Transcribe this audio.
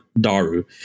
daru